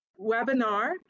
webinar